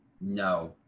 No